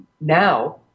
now